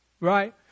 right